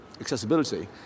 accessibility